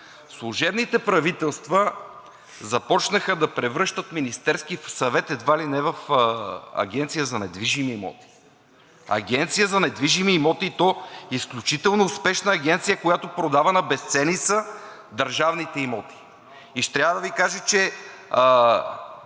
Служебните правителства започнаха да превръщат Министерския съвет едва ли не в агенция за недвижими имоти – агенция за недвижими имоти, и то изключително успешна агенция, която продава на безценица държавните имоти. Ще трябва да Ви кажа, че